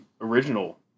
original